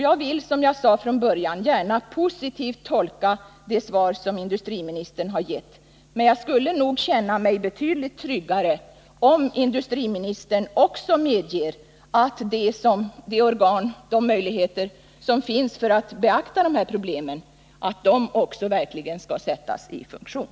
Jag vill, som jag sade från början, gärna positivt tolka det svar som industriministern har gett, men jag skulle nog känna mig betydligt tryggare, om industriministern också ville medge att de organ och de möjligheter som finns för att beakta de här problemen också verkligen skall sättas i funktion.